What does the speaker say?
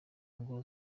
ngo